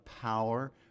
power